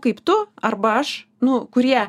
kaip tu arba aš nu kurie